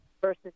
versus